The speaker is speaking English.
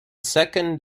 second